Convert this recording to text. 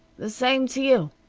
the same t' you,